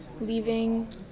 leaving